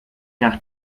nach